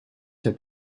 heb